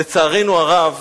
לצערנו הרב,